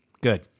Good